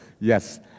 yes